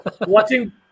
watching